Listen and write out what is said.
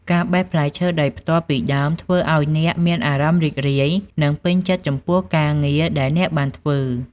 ការបេះផ្លែឈើដោយផ្ទាល់ពីដើមធ្វើឱ្យអ្នកមានអារម្មណ៍រីករាយនិងពេញចិត្តចំពោះការងារដែលអ្នកបានធ្វើ។